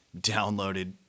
downloaded